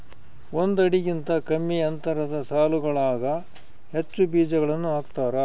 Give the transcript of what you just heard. ಒಂದು ಅಡಿಗಿಂತ ಕಮ್ಮಿ ಅಂತರದ ಸಾಲುಗಳಾಗ ಹೆಚ್ಚು ಬೀಜಗಳನ್ನು ಹಾಕ್ತಾರ